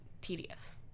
tedious